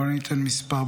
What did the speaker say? אבל אני אתן מספר,